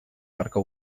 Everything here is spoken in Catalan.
perquè